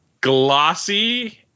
glossy